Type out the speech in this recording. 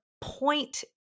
point